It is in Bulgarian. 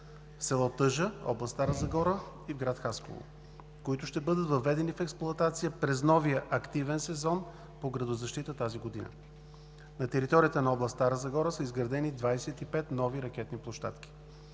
село Тъжа, област Стара Загора и град Хасково, които ще бъдат въведени в експлоатация през новия активен сезон по градозащита тази година. На територията на област Стара Загора са изградени 25 нови ракетни площадки.